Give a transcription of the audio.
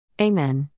Amen